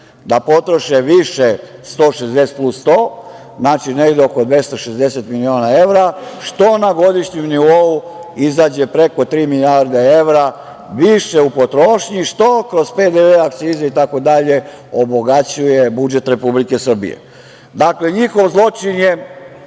da potroše više 160 plus 100, negde oko 260 miliona evra, što na godišnjem nivou izađe preko tri milijarde evra više u potrošnji, što kroz PDV, akcize itd. obogaćuje budžet Republike Srbije. Dakle, njihov zločin je